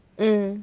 mm